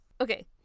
okay